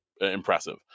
impressive